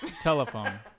telephone